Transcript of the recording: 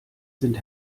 sind